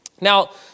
Now